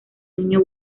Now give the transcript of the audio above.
niño